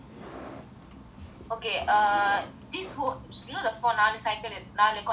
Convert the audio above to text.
okay err this whole you know the நாலு:naalu cycle நாலு இருக்கல்ல:naalu irukkalla